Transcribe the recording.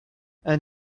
and